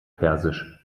persisch